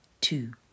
Two